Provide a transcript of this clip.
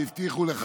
הוועדה,